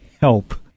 help